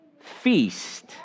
feast